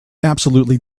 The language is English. absolutely